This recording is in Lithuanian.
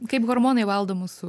kaip hormonai valdo mūsų